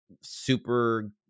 super